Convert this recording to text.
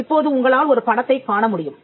இப்போது உங்களால் ஒரு படத்தைக் காண முடியும்